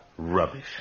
Rubbish